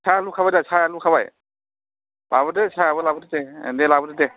साहाया लुखाबाय दा साह लुखाबाय लाबोदो साहायाबो लाबोदो दे दे लाबोदो दे